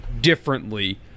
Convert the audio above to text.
differently